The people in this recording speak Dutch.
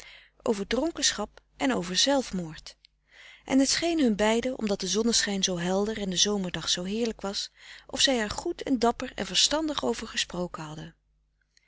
over dronkenschap en over zelfmoord en het scheen hun beiden omdat de zonneschijn zoo helder en de zomerdag zoo heerlijk was of zij er goed en dapper en verstandig over gesproken hadden